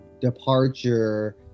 departure